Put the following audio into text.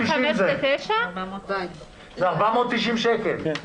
זה 490 שקלים.